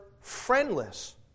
friendless